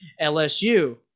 LSU